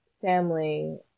family